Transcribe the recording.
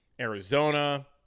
Arizona